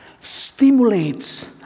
stimulates